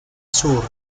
sur